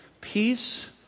peace